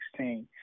2016